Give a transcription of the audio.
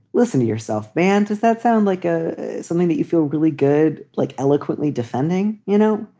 listen to yourself, man. does that sound like ah something that you feel really good, like eloquently defending? you know,